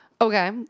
Okay